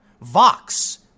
Vox